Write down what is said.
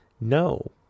No